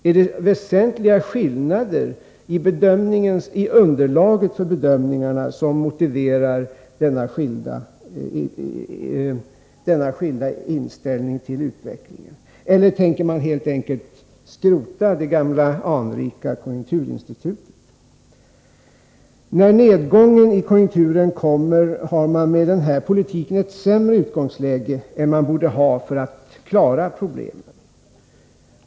Är det väsentliga skillnader i underlaget för bedömningarna som motiverar denna olika inställning till utvecklingen, eller tänker man helt enkelt skrota det gamla anrika konjunkturinstitutet? När nedgången i konjunkturen kommer, har man med denna politik ett sämre utgångsläge än man borde ha för att klara problemen.